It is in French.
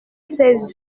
ces